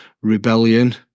rebellion